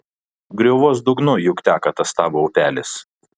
griovos dugnu juk teka tas tavo upelis